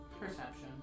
Perception